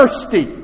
thirsty